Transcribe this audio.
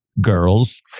girls